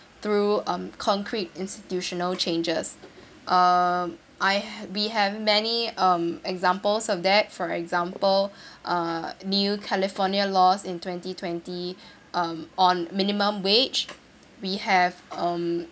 through um concrete institutional changes uh I ha~ we have many um examples of that for example uh new california laws in twenty twenty um on minimum wage we have um